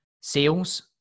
sales